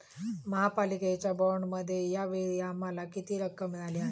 महापालिकेच्या बाँडमध्ये या वेळी आम्हाला किती रक्कम मिळाली आहे?